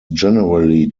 generally